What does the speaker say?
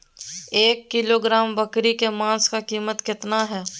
एक किलोग्राम बकरी के मांस का कीमत कितना है?